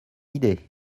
idée